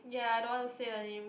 ya I don't to want say the name